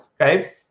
okay